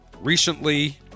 recently